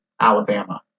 Alabama